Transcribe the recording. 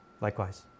Likewise